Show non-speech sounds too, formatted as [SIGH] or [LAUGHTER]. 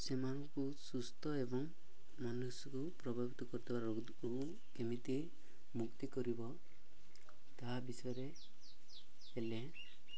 ସେମାନଙ୍କୁ ସୁସ୍ଥ ଏବଂ ମନୁଷ୍ୟକୁ ପ୍ରଭାବିତ କରୁଥିବା ରୋଗ [UNINTELLIGIBLE] କେମିତି ମୁକ୍ତି କରିବ ତାହା ବିଷୟରେ ହେଲେ